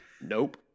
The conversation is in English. Nope